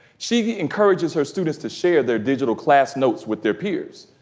she encourages her students to share their digital class notes with their peers.